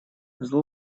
зло